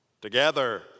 together